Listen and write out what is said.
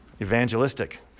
Evangelistic